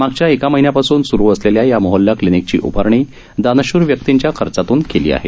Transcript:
मागील एक महिन्यापासून सुरू असलेल्या या मोहल्ला क्लीनिकची उभारणी दानशूर व्यक्तींच्या खर्चातून करण्यात आली आहे